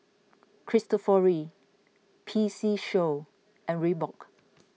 Cristofori P C Show and Reebok